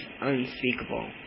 unspeakable